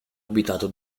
abitato